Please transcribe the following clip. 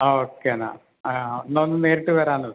ആ ഓക്കെ എന്നാൽ ആ എന്നാൽ ഒന്ന് നേരിട്ട് വരാൻ നോക്കി